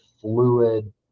fluid